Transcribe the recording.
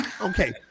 Okay